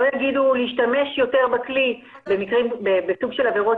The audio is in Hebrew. לא יגידו להשתמש יותר בכלי בסוג של עבירות